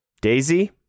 Daisy